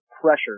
pressure